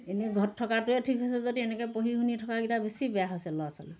এনেই ঘৰত থকাটোৱে ঠিক আছে যদি এনেকৈ পঢ়ি শুনি থকা কেইটা বেছি বেয়া হৈছে ল'ৰা ছোৱালী